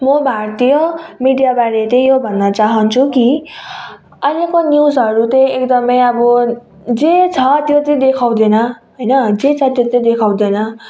म भारतीय मिडियाबारे चाहिँ यो भन्न चाहान्छु कि अहिलेको न्युजहरू चाहिँ एकदमै अब जे छ त्यो चाहिँ देखाउँदैन होइन जे छ त्यो चाहिँ देखाउँदैन